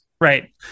Right